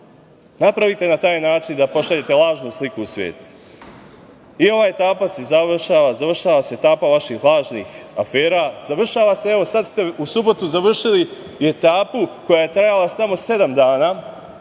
napravite na taj način da pošaljete lažnu sliku u svet.I ova etapa se završava, završava se etapa vaših lažnih afera, završava se. Sada ste u subotu završili i etapu koja je trajala samo sedam dana.